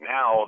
Now